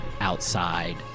outside